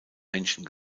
menschen